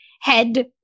head